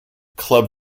club